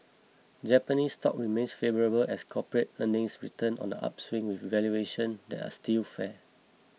Japanese stocks remain favourable as corporate earnings return on the upswing with valuations that are still fair